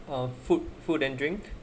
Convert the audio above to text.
uh food food and drink